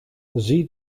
zie